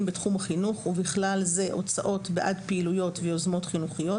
בתחום החינוך ובכלל זה הוצאות בעד פעילויות ויוזמות חינוכיות,